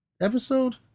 episode